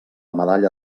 medalla